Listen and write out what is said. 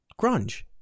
grunge